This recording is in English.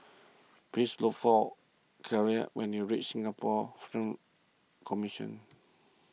please look for Kyleigh when you reach Singapore Film Commission